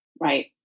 Right